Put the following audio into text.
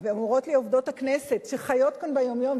אומרות לי את זה עובדות הכנסת שחיות כאן ביום-יום,